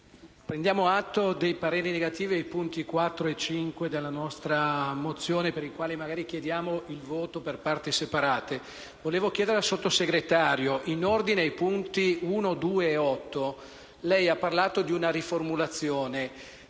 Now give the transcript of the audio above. prendiamo atto dei pareri relativi ai punti 4) e 5) della nostra mozione, dei quali chiediamo il voto per parti separate. Signor Sottosegretario, in ordine ai punti 1), 2) ed 8), lei ha proposto una riformulazione: